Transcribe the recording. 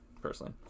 personally